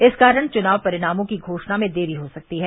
इस कारण चुनाव परिणामों की घोषणा में देरी हो सकती है